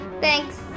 Thanks